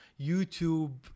YouTube